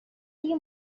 دیگه